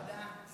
תודה.